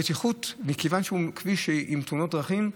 הבטיחות, מכיוון שזה כביש עם תאונות דרכים,